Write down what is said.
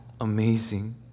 amazing